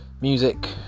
music